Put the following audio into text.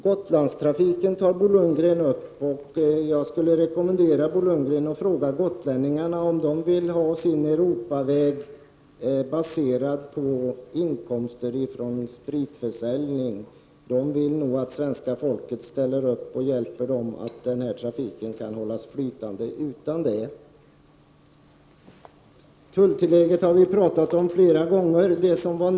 Bo Lundgren tar upp frågan om Gotlandstrafiken. Jag skulle vilja rekommendera Bo Lundgren att fråga gotlänningarna om de vill ha sin Europaväg baserad på inkomster från spritförsäljningen. De vill nog att svenska folket ställer upp och hjälper till att hålla trafiken flytande utan hjälp av spriten. Vi har talat om tulltillägget flera gånger.